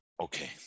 Okay